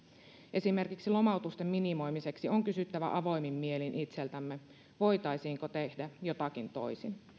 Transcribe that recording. esimerkiksi lomautusten minimoimiseksi on kysyttävä avoimin mielin itseltämme voitaisiinko tehdä jotakin toisin